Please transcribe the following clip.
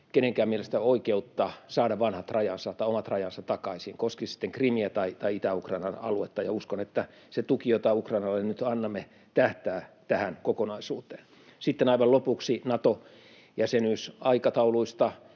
jonkun mielestä oikeutta saada vanhat rajansa tai omat rajansa takaisin, koski se sitten Krimiä tai Itä-Ukrainan aluetta, ja uskon, että se tuki, jota Ukrainalle nyt annamme, tähtää tähän kokonaisuuteen. Sitten aivan lopuksi Nato-jäsenyysaikatauluista: